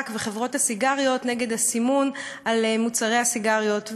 וחברות הסיגריות נגד הסימון על מוצרי הסיגריות.